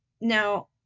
Now